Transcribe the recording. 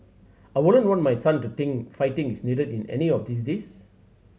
I wouldn't want my son to think fighting is needed in of these days